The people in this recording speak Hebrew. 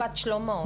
יש פה את בת שלמה.